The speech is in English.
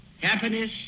happiness